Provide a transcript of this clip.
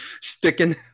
sticking